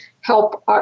help